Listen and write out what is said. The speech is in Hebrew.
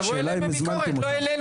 תבוא בביקורת אליהם ולא אלינו.